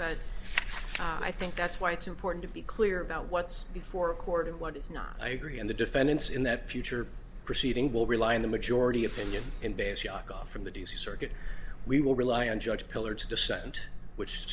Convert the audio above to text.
that i think that's why it's important to be clear about what's before court and what is not i agree and the defendants in that future proceeding will rely on the majority opinion and base yakov from the d c circuit we will rely on judge pillar to dissent which